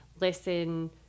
listen